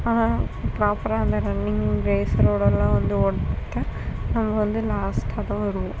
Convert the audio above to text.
ஆனால் ப்ராப்பராக அந்த ரன்னிங் ரேஸரோடெலாம் வந்து ஓடியிருக்கேன் நம்ம வந்து லாஸ்ட்டாக தான் வருவோம்